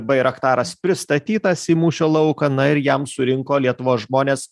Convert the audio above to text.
bairaktaras pristatytas į mūšio lauką na ir jam surinko lietuvos žmonės